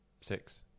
Six